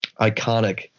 iconic